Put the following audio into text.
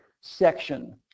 section